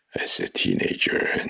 as a teenager and